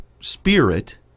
spirit